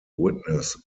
witness